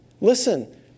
Listen